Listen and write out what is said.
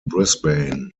brisbane